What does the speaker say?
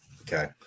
Okay